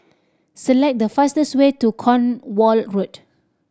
select the fastest way to Cornwall Road